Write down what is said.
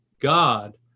God